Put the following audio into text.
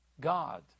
God